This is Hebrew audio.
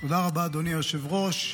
תודה רבה, אדוני היושב-ראש.